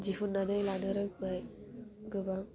दिहुननानै लानो रोंबाय गोबां